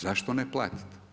Zašto ne platiti?